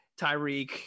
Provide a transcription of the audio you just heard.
Tyreek